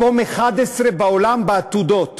מקום 11 בעולם בעתודות